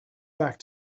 back